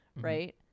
right